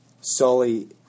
Sully